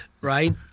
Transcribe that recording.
right